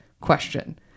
Question